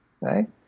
right